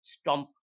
stomp